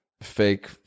fake